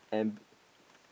and